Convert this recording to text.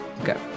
Okay